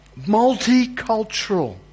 multicultural